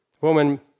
Woman